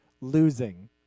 losing